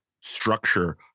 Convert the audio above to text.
structure